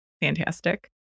fantastic